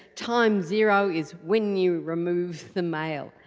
time zero is when you remove the male.